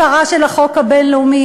הפרה של החוק הבין-לאומי,